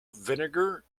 vinegar